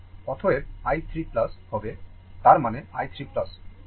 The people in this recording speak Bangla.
অতএব i 3 হবে তার মানে i 3